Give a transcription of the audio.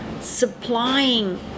supplying